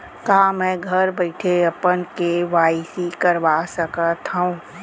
का मैं घर बइठे अपन के.वाई.सी करवा सकत हव?